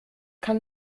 kann